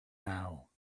now